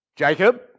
Jacob